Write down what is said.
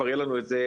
כבר יהיה לנו את זה,